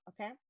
okay